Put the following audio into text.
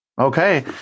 Okay